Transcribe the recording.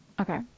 okay